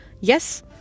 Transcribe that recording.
Yes